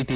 T